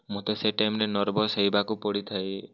ମୋତେ ସେ ଟାଇମ୍ନେ ନର୍ଭସ୍ ହେବାକୁ ପଡ଼ିଥାଏ